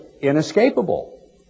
inescapable